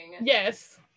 Yes